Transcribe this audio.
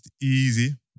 Easy